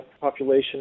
population